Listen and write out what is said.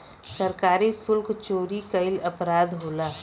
सरकारी सुल्क चोरी कईल अपराध होला